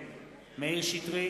נגד מאיר שטרית,